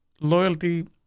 loyalty